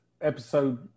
episode